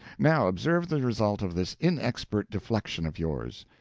now observe the result of this inexpert deflection of yours.